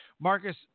Marcus